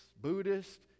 Buddhist